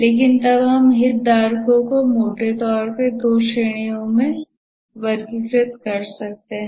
लेकिन तब हम हितधारकों को मोटे तौर पर दो श्रेणियों में वर्गीकृत कर सकते हैं